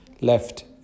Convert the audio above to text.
Left